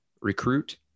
recruit